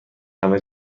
همه